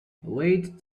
wait